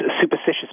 superstitious